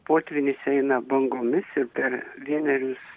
potvynis eina bangomis ir per vienerius